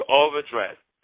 overdressed